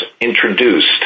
introduced